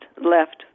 left